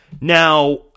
Now